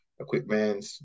equipment